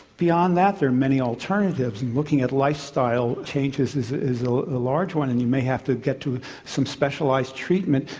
beyond that there are many alternatives looking at lifestyle changes is is a large one and you may have to get to some specialised treatment,